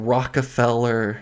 Rockefeller